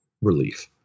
relief